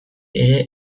ere